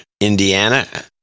Indiana